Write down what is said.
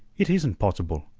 it isn't possible,